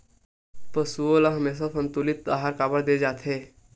पशुओं ल हमेशा संतुलित आहार काबर दे जाथे?